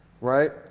Right